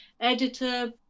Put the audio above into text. editor